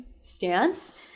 stance